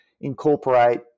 incorporate